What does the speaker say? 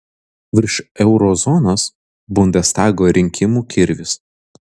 virš euro zonos bundestago rinkimų kirvis